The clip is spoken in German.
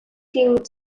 ging